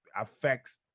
affects